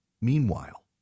Meanwhile